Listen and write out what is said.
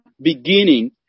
beginning